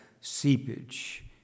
seepage